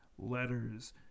letters